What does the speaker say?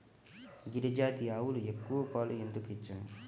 గిరిజాతి ఆవులు ఎక్కువ పాలు ఎందుకు ఇచ్చును?